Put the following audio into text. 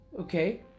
okay